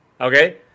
Okay